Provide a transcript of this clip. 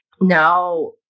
now